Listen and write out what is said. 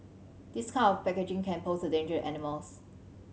this kind of packaging can pose a danger animals